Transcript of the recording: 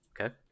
Okay